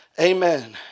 Amen